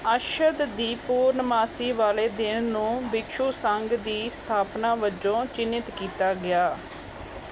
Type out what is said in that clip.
ਅਸਦ ਦੀ ਪੂਰਨਮਾਸ਼ੀ ਵਾਲੇ ਦਿਨ ਨੂੰ ਭਿਕਸ਼ੂ ਸੰਘ ਦੀ ਸਥਾਪਨਾ ਵਜੋਂ ਚਿੰਨ੍ਹਿਤ ਕੀਤਾ ਗਿਆ